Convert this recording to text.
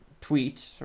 tweet